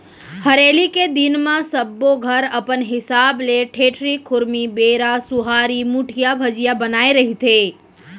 हरेली के दिन म सब्बो घर अपन हिसाब ले ठेठरी, खुरमी, बेरा, सुहारी, मुठिया, भजिया बनाए रहिथे